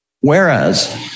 Whereas